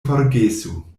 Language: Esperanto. forgesu